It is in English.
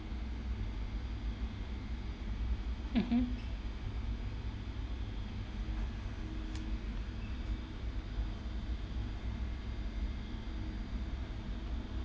mmhmm